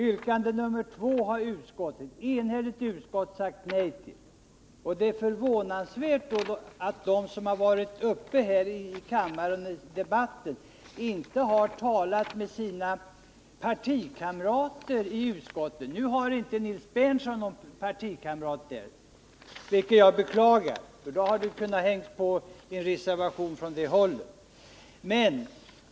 Det andra yrkandet har ett enhälligt utskott sagt nej till, och det är förvånansvärt att de som varit uppe i kammardebatten inte har talat med sina partikamrater i utskottet. Nu har inte Nils Berndtson någon partikamrat där, vilket jag beklagar — för då hade man kunnat hänga på en reservation från det hållet.